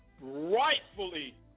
rightfully